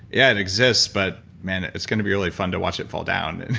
yeah, it exists. but, man it's going to be really fun to watch it fall down. and